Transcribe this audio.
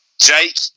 Jake